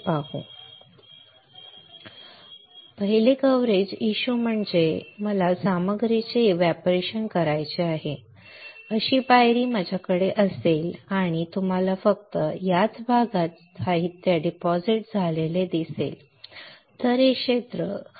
पाऊल coverage issue म्हणजे जर मला सामग्रीचे एव्हपोरेशन करायचे आहे अशी पायरी माझ्याकडे असेल आणि तुम्हाला फक्त याच भागात साहित्य जमा झालेले दिसेल तर हे क्षेत्र जमा होऊ शकत नाही